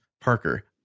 Parker